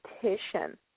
petition